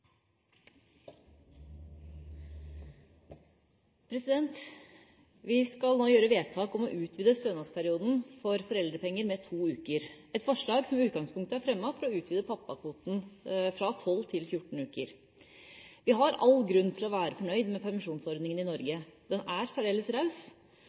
alt. Vi skal nå gjøre vedtak om å utvide stønadsperioden for foreldrepenger med to uker. Det er et forslag som i utgangspunktet er fremmet for å utvide pappakvoten fra 12 til 14 uker. Vi har all grunn til å være fornøyd med permisjonsordningen i Norge – den er særdeles raus